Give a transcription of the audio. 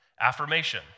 affirmation